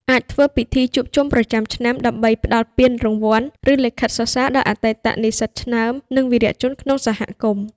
អាចធ្វើពិធីជួបជុំប្រចាំឆ្នាំដើម្បីផ្តល់ពានរង្វាន់ ឬលិខិតសរសើរដល់អតីតនិស្សិតឆ្នើម និងវីរៈជនក្នុងសហគមន៍។